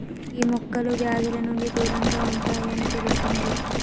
గీ మొక్కలు వ్యాధుల నుండి దూరంగా ఉంటాయి అని తెలిసింది